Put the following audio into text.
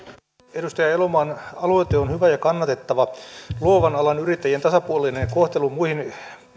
edustaja elomaan aloite on hyvä ja kannatettava luovan alan yrittäjien tasapuolinen kohtelu muihin